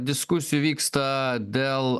diskusijų vyksta dėl